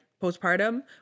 postpartum